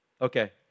Okay